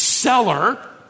seller